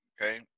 Okay